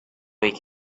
wake